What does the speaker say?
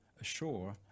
ashore